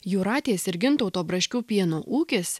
jūratės ir gintauto braškių pieno ūkis